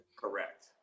correct